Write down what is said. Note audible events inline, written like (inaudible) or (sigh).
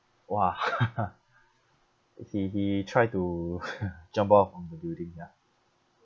!wah! (laughs) he he try to (laughs) jump off from the building ya